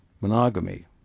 monogamy